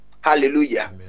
Hallelujah